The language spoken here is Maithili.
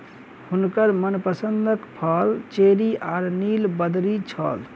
हुनकर मनपसंद फल चेरी आ नीलबदरी छल